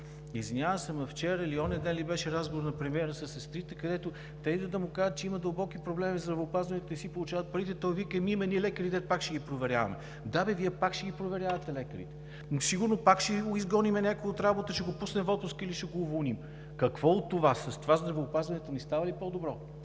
Извинявам се, но вчера или онзи ден беше разговорът на премиера със сестрите, в който те идват да му кажат, че има дълбоки проблеми в здравеопазването и не си получават парите, а той казва: „Има едни лекари, които пак ще ги проверяваме.“ Да, Вие пак ще ги проверявате – лекарите. Сигурно пак ще изгоним някого от работа, ще го пуснем в отпуск или ще го уволним. Какво от това? С това здравеопазването ни става ли по-добро?